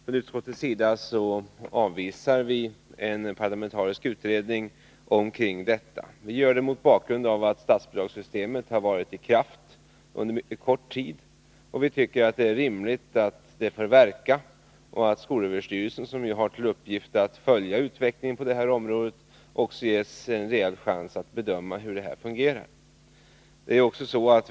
Från utskottets sida avvisar vi en parlamentarisk utredning om ett sådant system. Vi gör det mot bakgrund av att statsbidragssystemet har varit i kraft under en mycket kort tid. Vi tycker att det är rimligt att det får verka och att SÖ, som har till uppgift att följa utvecklingen på detta område, ges en rejäl chans att bedöma hur detta system fungerar.